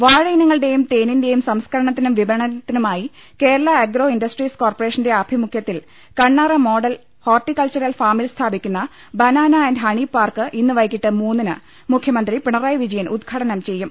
വാഴയിനങ്ങളുടെയും തേനിന്റെയും സംസ്കരണ ത്തിനും വിപണനത്തിനുമായി കേരള അഗ്രോ ഇൻഡ സ്ട്രീസ് കോർപ്പറേഷന്റെ ആഭിമുഖ്യത്തിൽ കണ്ണാറ മോഡൽ ഹോർട്ടികൾച്ചറൽ ഫാമിൽ സ്ഥാപിക്കുന്ന ബനാന ആന്റ് ഹണി പാർക്ക് ഇന്ന് വൈകിട്ട് മൂന്നിന് മുഖ്യമന്ത്രി പിണറായി വിജയൻ ഉദ്ഘാടനം ചെയ്യും